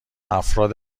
افراد